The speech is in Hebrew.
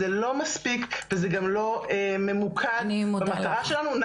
זה לא מספיק וזה גם לא ממוקד במטרה שלנו.